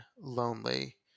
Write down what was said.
lonely